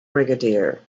brigadier